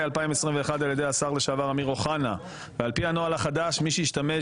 2021 על ידי השר לשעבר אמיר אוחנה ועל פי הנוהל החדש מי שישתמש